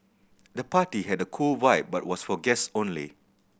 the party had a cool vibe but was for guests only